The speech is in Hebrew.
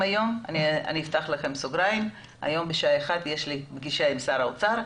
היום בשעה 13:00 יש לי פגישה עם שר האוצר,